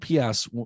UPS